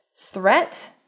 threat